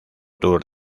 tour